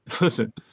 Listen